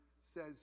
says